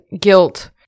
guilt